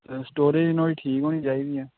storage नुआढ़ी ठीक होनी चाहिदी ऐ